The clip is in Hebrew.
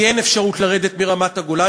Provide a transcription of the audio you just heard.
כי אין אפשרות לרדת מרמת-הגולן.